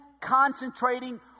concentrating